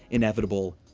inevitable,